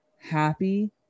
happy